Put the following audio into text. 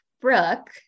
Brooke